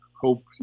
hope